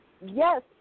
yes